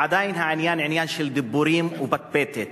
ועדיין העניין עניין של דיבורים ופטפטת,